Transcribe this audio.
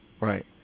right